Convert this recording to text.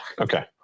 Okay